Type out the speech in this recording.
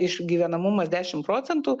išgyvenamumas dešimt procentų